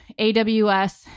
AWS